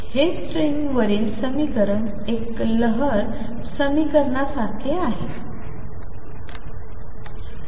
हे स्ट्रिंगवरील समीकरण एक लहर समीकरना सारखे आहे